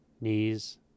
knees